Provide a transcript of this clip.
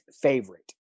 favorite